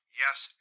yes